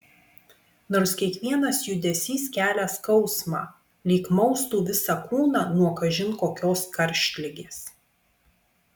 nors kiekvienas judesys kelia skausmą lyg maustų visą kūną nuo kažin kokios karštligės